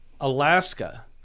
Alaska